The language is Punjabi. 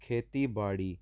ਖੇਤੀਬਾੜੀ